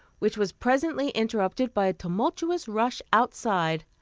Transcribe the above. which was presently interrupted by a tumultuous rush outside,